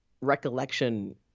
recollection